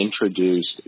introduced